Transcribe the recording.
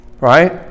right